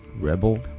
Rebel